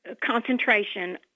concentration